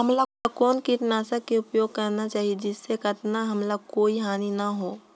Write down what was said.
हमला कौन किटनाशक के उपयोग करन चाही जिसे कतना हमला कोई हानि न हो?